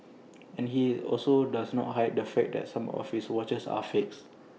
and he also does not hide the fact that some of his watches are fakes